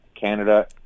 Canada